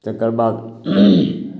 तकर बाद